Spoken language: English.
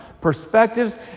perspectives